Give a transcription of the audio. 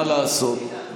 מה לעשות?